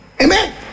Amen